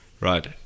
right